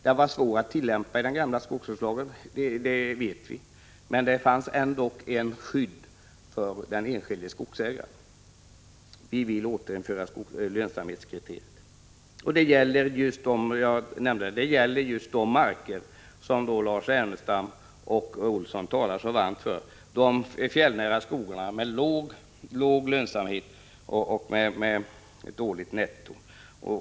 Vi vet att den gamla skogsvårdslagen var svår att tillämpa, men där fanns dock ett skydd för den enskilde skogsägaren. Vi vill återinföra lönsamhetskriteriet. Det gäller just de marker som Lars Ernestam och Karl Erik Olsson talar så varmt för: de fjällnära skogarna med låg lönsamhet och dåligt netto.